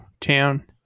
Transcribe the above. town